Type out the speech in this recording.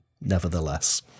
nevertheless